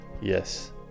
Yes